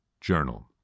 journal